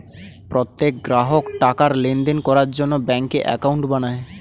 প্রত্যেক গ্রাহক টাকার লেনদেন করার জন্য ব্যাঙ্কে অ্যাকাউন্ট বানায়